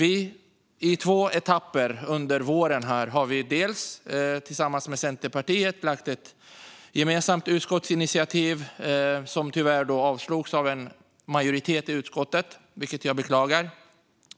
I två etapper under våren har vi lagt fram förslag till utskottsinitiativ. Det första var ett gemensamt förslag som vi lade fram tillsammans med Centerpartiet. Tyvärr avstyrktes det av en majoritet i utskottet, vilket jag beklagar.